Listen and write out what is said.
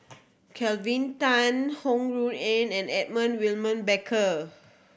Kelvin Tan Ho Rui An and Edmund William Barker